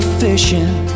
fishing